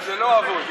זה לא אבוד.